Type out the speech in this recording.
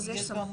אז יש סמכות,